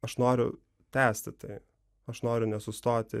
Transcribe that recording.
aš noriu tęsti tai aš noriu nesustoti